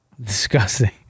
Disgusting